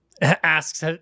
Asks